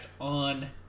on